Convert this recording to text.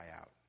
out